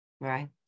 Right